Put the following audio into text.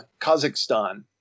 Kazakhstan